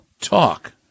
Talk